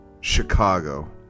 Chicago